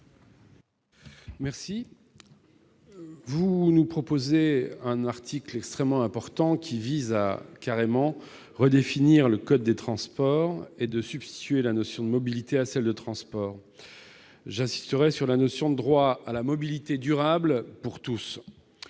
l'article. Vous nous proposez un article extrêmement important, qui vise, ni plus ni moins, à redéfinir le code des transports en substituant la notion de mobilités à celle de transports. J'insisterai sur la notion de droit à la mobilité durable pour tous.